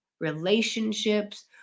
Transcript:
Relationships